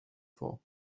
for